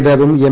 നേതാവും എം